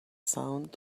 sound